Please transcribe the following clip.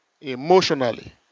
emotionally